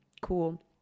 cool